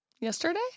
Yesterday